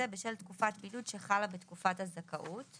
בשל תקופת בידוד שחלה בתקופת הזכאות.